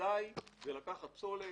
כדאי זה לקחת פסולת,